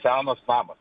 senas namas